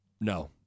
No